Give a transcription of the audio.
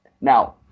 Now